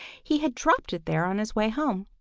he had dropped it there on his way home.